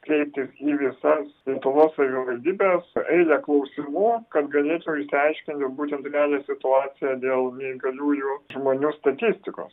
kreiptis į visas lietuvos savivaldybes eilę klausimų kad galėčiau išsiaiškinti būtent realią situaciją dėl neįgaliųjų žmonių statistikos